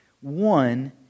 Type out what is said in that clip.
One